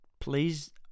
please